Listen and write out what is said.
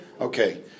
Okay